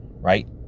right